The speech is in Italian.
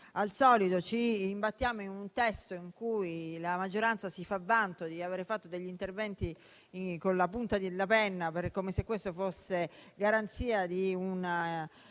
al solito, ci imbattiamo in un testo in cui la maggioranza si fa vanto di aver fatto interventi in punta di penna, come se questo fosse garanzia di una